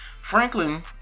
Franklin